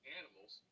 animals